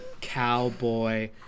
cowboy